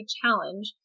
Challenge